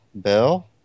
bill